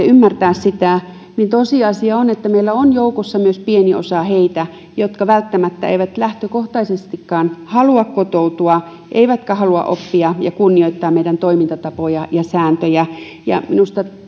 ymmärtää niitä niin tosiasia on että meillä on joukossa myös pieni osa heitä jotka välttämättä eivät lähtökohtaisestikaan halua kotoutua eivätkä halua oppia ja kunnioittaa meidän toimintatapojamme ja sääntöjä minusta